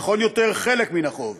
נכון יותר: חלק מן החוב,